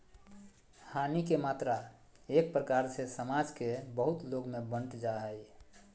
हानि के मात्रा एक प्रकार से समाज के बहुत लोग में बंट जा हइ